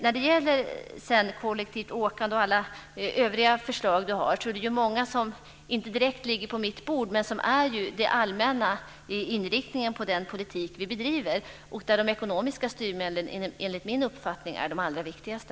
När det sedan gäller kollektivt åkande och alla övriga förslag som Eskil Erlandsson har är det många som inte direkt ligger på mitt bord, men de överensstämmer med den allmänna inriktningen på den politik vi bedriver, där de ekonomiska styrmedlen enligt min uppfattning är de allra viktigaste.